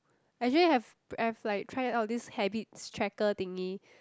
actually have have like try out this habits tracker thingy